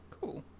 Cool